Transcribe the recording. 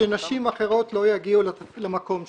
שנשים אחרות לא יגיעו למקום שלה.